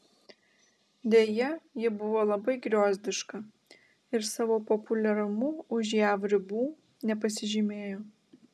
deja ji buvo labai griozdiška ir savo populiarumu už jav ribų nepasižymėjo